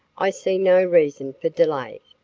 i see no reason for delay.